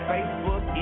Facebook